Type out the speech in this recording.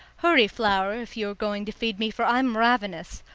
hurry, flower, if you are going to feed me, for i'm ravenous.